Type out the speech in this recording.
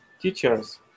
Teachers